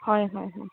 ꯍꯣꯏ ꯍꯣꯏ ꯍꯣꯏ